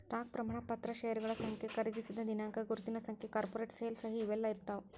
stock ಪ್ರಮಾಣ ಪತ್ರ ಷೇರಗಳ ಸಂಖ್ಯೆ ಖರೇದಿಸಿದ ದಿನಾಂಕ ಗುರುತಿನ ಸಂಖ್ಯೆ ಕಾರ್ಪೊರೇಟ್ ಸೇಲ್ ಸಹಿ ಇವೆಲ್ಲಾ ಇರ್ತಾವ